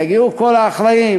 יגיעו כל האחראים,